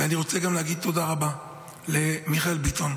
ואני רוצה גם להגיד תודה רבה למיכאל ביטון,